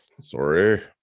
sorry